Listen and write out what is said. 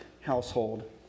household